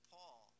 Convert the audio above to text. Paul